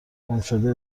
گمشده